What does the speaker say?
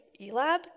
Elab